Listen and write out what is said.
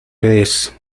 tres